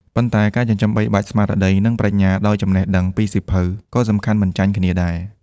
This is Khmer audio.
ប៉ុន្តែ ការចិញ្ចឹមបីបាច់ស្មារតី និងប្រាជ្ញាដោយចំណេះដឹងពីសៀវភៅក៏សំខាន់មិនចាញ់គ្នាដែរ។